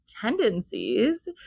tendencies